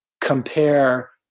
compare